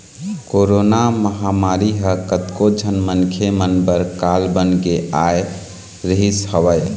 corona महामारी ह कतको झन मनखे मन बर काल बन के आय रिहिस हवय